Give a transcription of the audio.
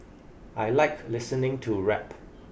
I like listening to rap